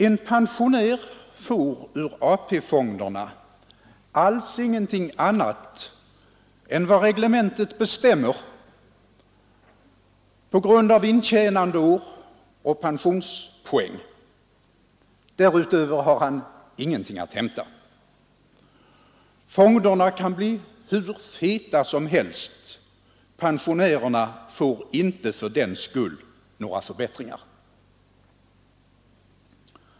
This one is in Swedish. En pensionär får ur AP-fonderna alls ingenting annat än vad reglementet bestämmer på grundval av intjänandeår och pensionspoäng. Därutöver har han ingenting att hämta. Fonderna kan bli hur feta som helst — pensionärerna får inte fördenskull några förbättringar.